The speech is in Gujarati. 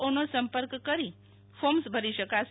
ઓનો સંપર્ક કરી ફોર્મ્સ ભરી શકાશે